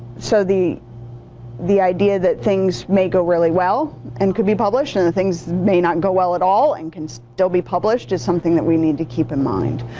so the the idea that things may go really well and could be published and things may not go well at all and can still be published is something that we need to keep in mind.